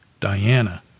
Diana